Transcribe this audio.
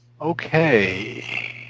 Okay